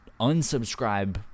unsubscribe